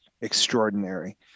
extraordinary